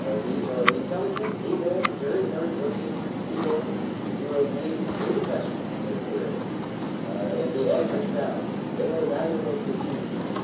ah these are intelligent, able, very hard-working people who have made great investment in their career and they add much value. they are valuable to the community.